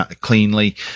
cleanly